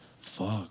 Fuck